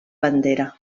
bandera